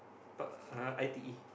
but uh I_T_E